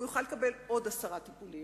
הוא יוכל לקבל עוד עשרה טיפולים.